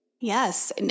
Yes